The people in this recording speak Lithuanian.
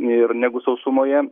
ir negu sausumoje